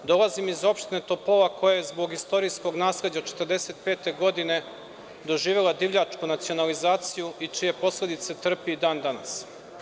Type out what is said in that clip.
Dolazim iz opštine Topola, koja je zbog istorijskog nasleđa 1945. godine doživela divljačku nacionalizaciju i čije posledice trpi i dan danas.